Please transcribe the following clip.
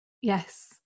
Yes